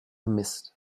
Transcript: mist